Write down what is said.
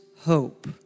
hope